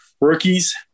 rookies